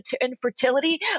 infertility